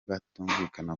batumvikana